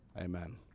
Amen